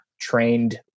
trained